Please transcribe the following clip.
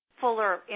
fuller